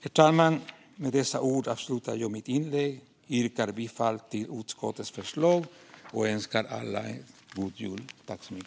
Herr talman! Med dessa ord avslutar jag mitt inlägg och yrkar bifall till utskottets förslag och önskar alla en god jul.